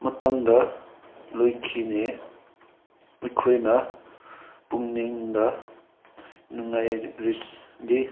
ꯃꯇꯝꯗ ꯂꯣꯏꯈꯤꯅꯤ ꯑꯩꯈꯣꯏꯅ ꯄꯨꯛꯅꯤꯡꯗ ꯅꯨꯡꯉꯥꯏꯔꯗꯤ